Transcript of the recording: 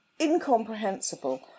incomprehensible